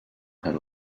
had